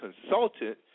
consultant